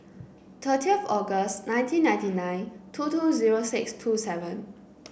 thirty of August nineteen ninety nine two two zero six two seven